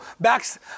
backs